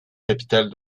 capitale